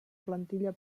plantilla